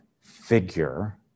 figure